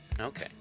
Okay